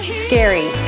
scary